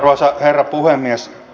arvoisa herra puhemies